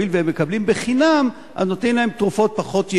הואיל והם מקבלים בחינם אז נותנים להם תרופות פחות יעילות,